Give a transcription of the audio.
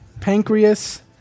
pancreas